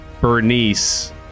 Bernice